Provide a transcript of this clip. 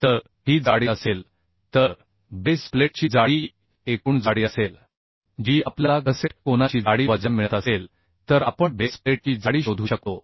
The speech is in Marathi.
तर ही जाडी असेल तर बेस प्लेटची जाडी एकूण जाडी असेल जी आपल्याला गसेट कोनाची जाडी वजा मिळत असेल तर आपण बेस प्लेटची जाडी शोधू शकतो